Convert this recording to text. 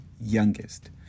youngest